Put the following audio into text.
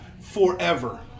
forever